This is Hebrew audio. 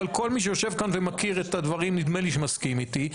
אבל כל מי שיושב כאן ומכיר את הדברים נדמה לי שמסכים איתי.